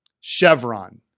Chevron